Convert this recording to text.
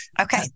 Okay